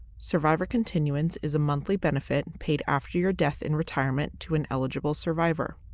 survivor continuance is a monthly benefit paid after your death in retirement to an eligible survivor.